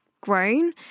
grown